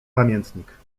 pamiętnik